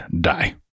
die